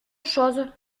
chose